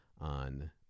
on